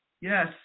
Yes